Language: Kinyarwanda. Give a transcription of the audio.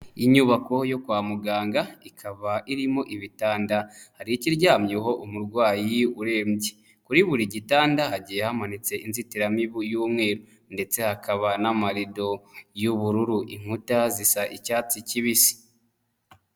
Inyubako yo kwa muganga ikaba irimo ibitanda, hari ikiryamyeho umurwayi urembye, kuri buri gitanda hagiye hamanitse inzitiramibu y'umweru ndetse hakaba n'amarido y'ubururu, inkuta zisa icyatsi kibisi.